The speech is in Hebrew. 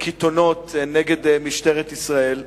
לשפוך קיתונות נגד משטרת ישראל,